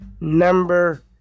number